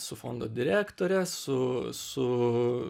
su fondo direktore su su